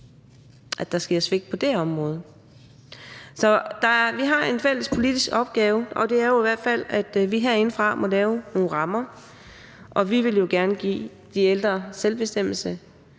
at der sker svigt på det område. Så vi har en fælles politisk opgave, og det er jo i hvert fald, at vi herindefra må lave nogle rammer. Og vi vil jo gerne give de ældre selvbestemmelse